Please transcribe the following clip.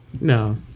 no